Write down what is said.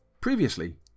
Previously